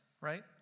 right